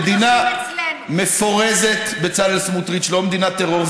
מדינה מפורזת, בצלאל סמוטריץ, לא מדינת טרור.